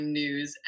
news